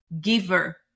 giver